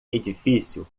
edifício